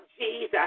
Jesus